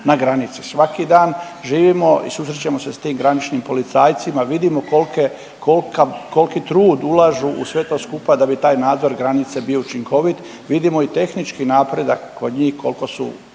na granici. Svaki dan živimo i susrećemo se s tim graničnim policajcima, vidimo kolke, kolka, kolki trud ulažu u sve to skupa da bi taj nadzor granice bio učinkovit, vidimo i tehnički napredak kod njih kolko su